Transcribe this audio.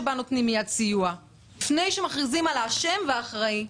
שבה נותנים מייד סיוע לפני שמכריזים על האשם והאחראי.